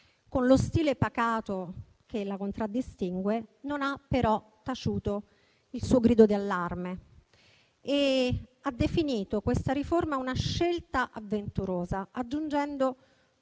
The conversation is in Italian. Con lo stile pacato che la contraddistingue, non ha però taciuto il suo grido di allarme e ha definito questa riforma una scelta avventurosa, aggiungendo